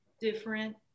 different